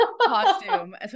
costume